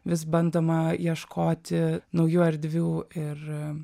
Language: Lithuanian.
vis bandoma ieškoti naujų erdvių ir